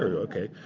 ok.